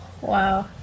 Wow